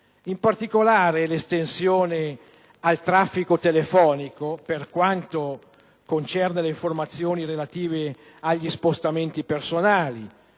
in particolare, l'estensione al traffico telefonico, per quanto concerne le informazioni relative agli spostamenti personali,